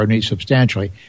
substantially